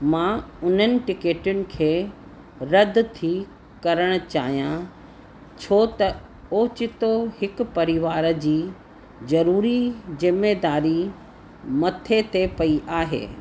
मां उन्हनि टिकेटुनि खे रदि थी करण चाहियां छो त ओचितो हिकु परिवार जी ज़रूरी ज़िमेदारी मथे ते पई आहे